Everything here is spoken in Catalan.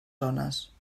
zones